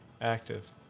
active